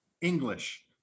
English